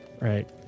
Right